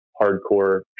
hardcore